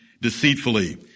deceitfully